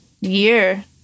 year